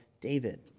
David